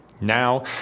Now